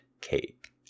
cake